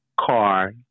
car